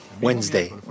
Wednesday